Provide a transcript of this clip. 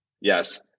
Yes